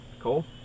Cole